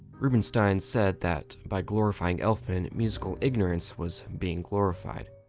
rubenstein said that by glorifying elfman, musical ignorance was being glorified.